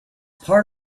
part